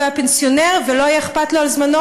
הוא היה פנסיונר, ולא היה אכפת לו על זמנו.